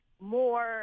more –